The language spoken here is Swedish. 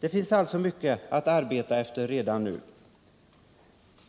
Till slut vill jag säga